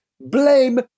blame